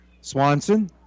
Swanson